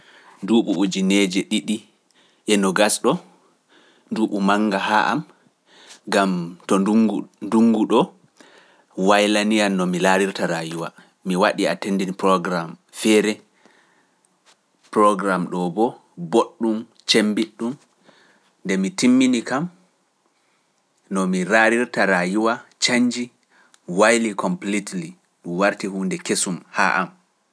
Nduuɓu ujineeje ɗiɗi e no gasɗo nduuɓu mannga haa am, gam to ndungu ndungu ɗo waylani yam no mi laarirta raayuwa, mi waɗi a tenndini programme feere programme ɗo boo, boɗɗum cemmbiɗɗum, nde mi timmini kam no mi raarirta raayuwa, canji wayli kompletely, ɗum warti huunde kesum haa am.